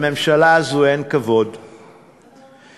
לממשלה הזאת אין כבוד לפריפריה,